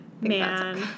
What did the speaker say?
Man